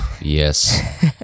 yes